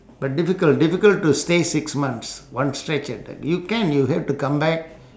but difficult difficult to stay six months one stretch like that you can you have to come back